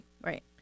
Right